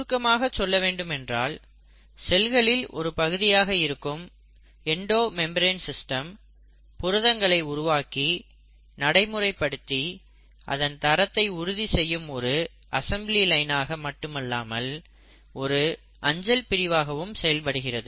சுருக்கமாகச் சொல்ல வேண்டுமென்றால் செல்களில் ஒரு பகுதியாக இருக்கும் எண்டோ மெம்பரேன் சிஸ்டம் புரதங்களை உருவாக்கி நடைமுறைப்படுத்தி அதன் தரத்தை உறுதி செய்யும் ஒரு அசெம்பிளி லைன் ஆக மட்டுமில்லாமல் ஒரு அஞ்சல் பிரிவாகவும் செயல்படுகிறது